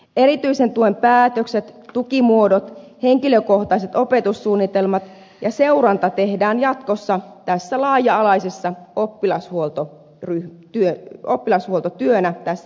erityisen tuen päätökset tukimuodot henkilökohtaiset opetussuunnitelmat ja seuranta tehdään jatkossa oppilashuoltotyönä tässä laaja alaisessa ryhmässä